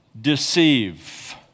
deceive